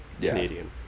Canadian